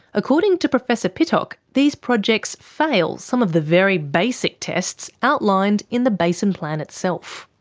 according to professor pittock these projects fail some of the very basic tests outlined in the basin plan itself.